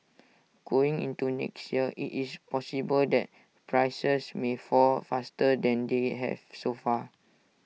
going into next year IT is possible that prices may fall faster than they have so far